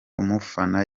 umufana